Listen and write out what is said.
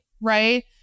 right